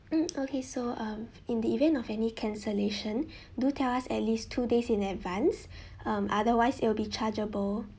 mm okay so um in the event of any cancellation do tell us at least two days in advance um otherwise it'll be chargeable